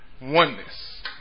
Oneness